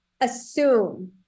assume